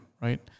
right